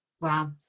wow